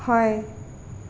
হয়